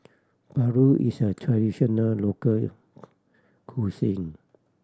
paru is a traditional local cuisine